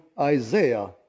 Isaiah